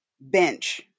bench